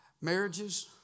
Marriages